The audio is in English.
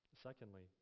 Secondly